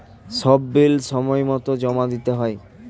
সব বিল সময়মতো জমা দিতে হয়